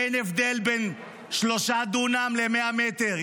אין הבדל בין שלושה דונם ל-100 מטר.